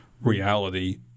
reality